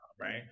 right